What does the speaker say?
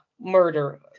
murder